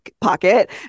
pocket